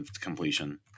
completion